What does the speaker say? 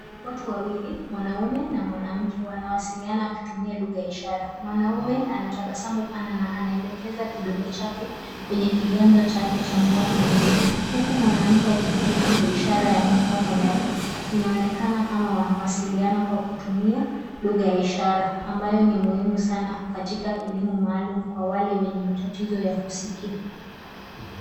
Watu wawili, mwanaume na mwanamke, wanawasiliana wakitumia lugha ya ishara. Mwanaume anatabasamu pana na anaelekeza kidole chake kwenye kiganja chake cha mkono mwingine, huku mwanamke akijibu kwa ishara ya mikono yake. Inaonekana kama wanawasiliana kwa kutumia lugha ya ishara ambayo ni muhimu sana katika elimu maalum kwa wale wenye matatizo ya kusikia.